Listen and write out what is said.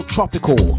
Tropical